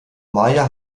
maya